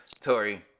Tory